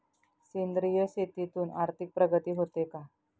सेंद्रिय शेतीतून आर्थिक प्रगती होते का?